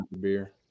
beer